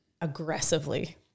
Aggressively